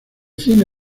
cine